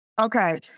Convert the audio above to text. Okay